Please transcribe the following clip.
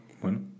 bueno